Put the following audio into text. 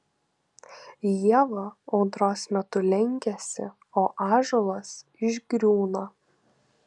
ieva audros metu lenkiasi o ąžuolas išgriūna